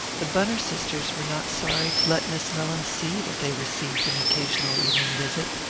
the bunner sisters were not sorry to let miss mellins see that they received an occasional evening visit,